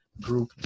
group